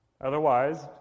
Otherwise